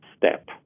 step